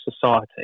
society